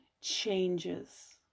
changes